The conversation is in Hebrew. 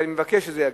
ואני מבקש שזה יגיע,